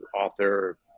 author